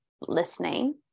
listening